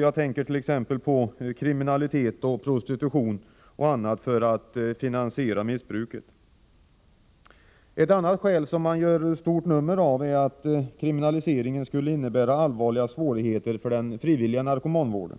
Jag tänker t.ex. på kriminalitet — prostitution och annat — för att finansiera missbruket. Ett annat skäl som man gör stort nummer av är att en kriminalisering skulle innebära allvarliga svårigheter för den frivilliga narkomanvården.